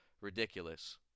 Ridiculous